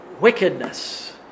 wickedness